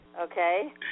Okay